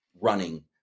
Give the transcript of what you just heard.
running